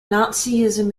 nazism